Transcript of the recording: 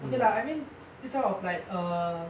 okay lah I mean it's kind of like err